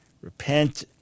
repent